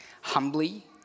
humbly